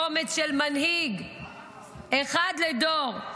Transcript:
באומץ של מנהיג אחד לדור,